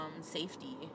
safety